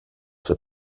für